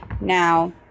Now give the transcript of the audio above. Now